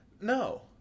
No